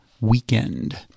weekend